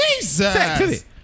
Jesus